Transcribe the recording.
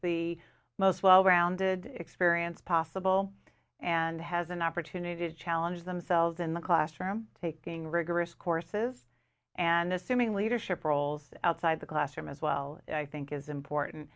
the most well rounded experience possible and has an opportunity to challenge themselves in the classroom taking rigorous courses and assuming leadership roles outside the classroom as well i think is important